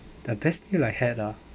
the best meal I had ah